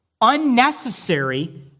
unnecessary